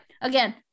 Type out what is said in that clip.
again